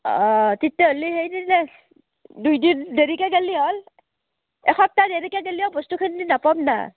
অঁ তেতিয়াহ'লে সেই দিন যে দুই দিন দেৰিকৈ গ'লে হ'ল এসপ্তাহ দেৰিকৈ গ'লেও বস্তুখিনিও নাপাম না